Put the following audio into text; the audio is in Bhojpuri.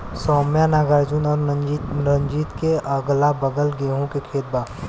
सौम्या नागार्जुन और रंजीत के अगलाबगल गेंहू के खेत बा